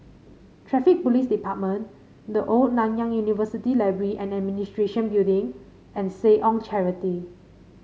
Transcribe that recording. Traffic Police Department The Old Nanyang University Library and Administration Building and Seh Ong Charity